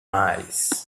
eyes